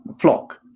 flock